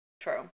True